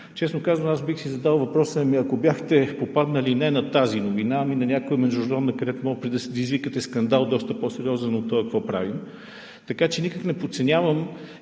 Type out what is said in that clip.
честно казано, аз бих си задал въпроса: ако бяхте попаднали не на тази новина, а на някоя международна, където може да предизвикате скандал, доста по-сериозен от този, какво правим? Така че никак не подценявам